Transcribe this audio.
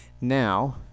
Now